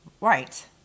Right